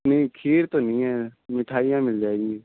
نہیں کھیر تو نہیں ہے مٹھائیاں مل جائیں گی